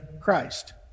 Christ